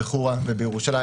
בחורה ובירושלים,